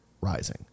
rising